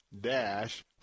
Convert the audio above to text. Dash